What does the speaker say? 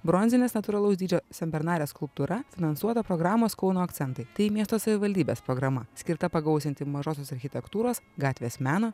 bronzinės natūralaus dydžio senbernarės skulptūra finansuota programos kauno akcentai tai miesto savivaldybės programa skirta pagausinti mažosios architektūros gatvės meno